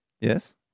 Yes